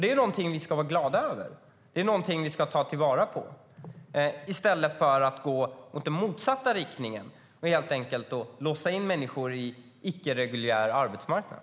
Det ska vi vara glada över och ta vara på i stället för att gå i motsatt riktning och låsa in människor i en icke-reguljär arbetsmarknad.